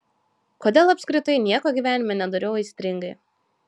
kodėl apskritai nieko gyvenime nedariau aistringai